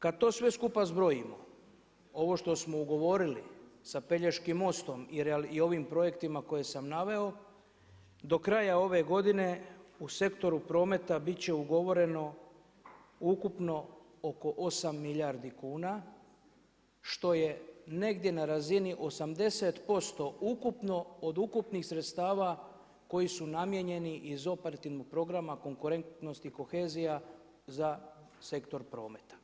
Kad to sve skupa zbrojimo, ovo što smo ugovorili sa Pelješkim mostom i ovim projektima koje sam naveo, do kraja ove godine u sektoru prometa bit će ugovoreno ukupno oko 8 milijardi kuna što je negdje na razini 80% ukupno, od ukupnih sredstava koji su namijenjeni iz operativnog programa konkurentnost i kohezija za sektor prometa.